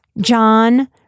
John